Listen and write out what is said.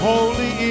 Holy